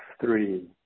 three